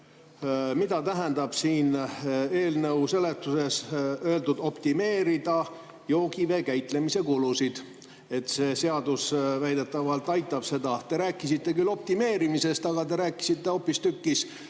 mida tähendab eelnõu seletuses öeldud "optimeerida joogivee käitlemise kulusid". See seadus väidetavalt aitab seda teha. Te rääkisite küll optimeerimisest, aga te rääkisite hoopistükkis